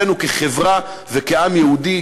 אלא בשבילנו כחברה וכעם יהודי.